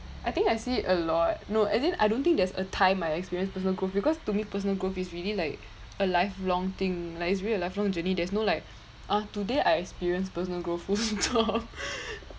I think I see it a lot no as in I don't think there's a time I experience personal growth because to me personal growth is really like a lifelong thing like it's really a lifelong journey there's no like uh today I experienced personal growth